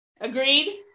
Agreed